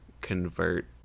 convert